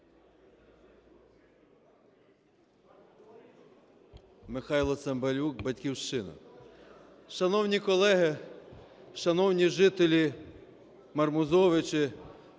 Михайло Цимбалюк, "Батьківщина". Шановні колеги, шановні жителі Мармузовичів